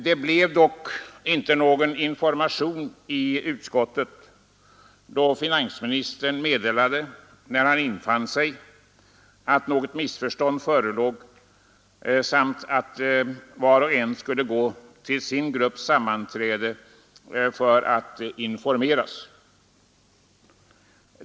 Det blev dock inte någon information i utskottet, då finansministern meddelade, när han infann sig, att något missförstånd förelåg samt att var och en skulle gå till sin grupps sammanträde för att informeras.